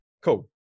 Cool